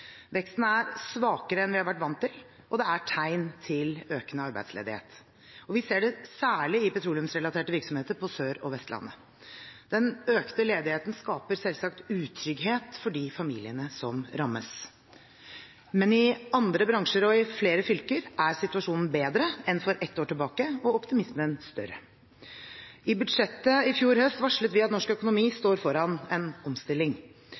Veksten er svakere enn vi har vært vant til, og det er tegn til økende arbeidsledighet. Vi ser det særlig i petroleumsrelaterte virksomheter på Sørlandet og Vestlandet. Den økte ledigheten skaper selvsagt utrygghet for de familiene som rammes, men i andre bransjer og i flere fylker er situasjonen bedre og optimismen større enn for et år tilbake. I budsjettet i fjor høst varslet vi at norsk økonomi står foran en omstilling.